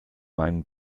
meinen